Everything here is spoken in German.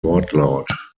wortlaut